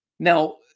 Now